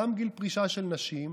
גם בגיל פרישה של נשים,